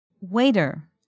Waiter